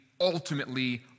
ultimately